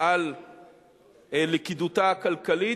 על לכידותה הכלכלית,